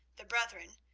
the brethren,